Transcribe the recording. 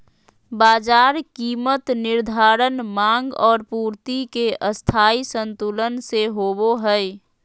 बाजार कीमत निर्धारण माँग और पूर्ति के स्थायी संतुलन से होबो हइ